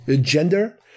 gender